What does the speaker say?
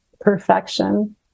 perfection